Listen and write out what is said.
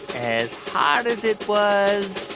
as hot as it was.